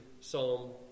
Psalm